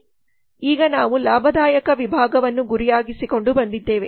ಈಗ ನಾವು ಲಾಭದಾಯಕ ವಿಭಾಗವನ್ನು ಗುರಿಯಾಗಿಸಿಕೊಂಡು ಬಂದಿದ್ದೇವೆ